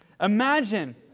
Imagine